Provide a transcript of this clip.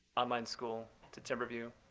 online school to timber view,